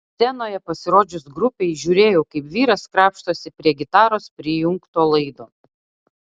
scenoje pasirodžius grupei žiūrėjau kaip vyras krapštosi prie gitaros prijungto laido